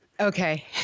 Okay